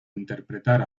interpretar